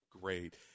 Great